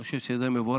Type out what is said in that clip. אני חושב שזה מבורך.